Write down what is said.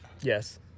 Yes